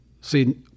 see